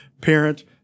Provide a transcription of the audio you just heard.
parent